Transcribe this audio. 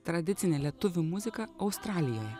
tradicinė lietuvių muzika australijoje